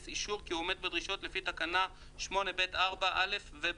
אישור כי הוא עומד בדרישות לפי תקנה 8(ב)(4)(א) ו-(ב).